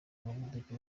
umuvuduko